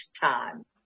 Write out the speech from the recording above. time